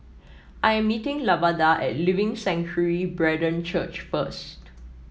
I am meeting Lavada at Living Sanctuary Brethren Church first